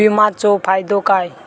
विमाचो फायदो काय?